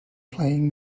playing